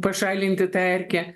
pašalinti tą erkę